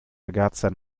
ragazza